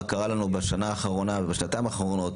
קרה לנו בשנה האחרונה ובשנתיים האחרונות,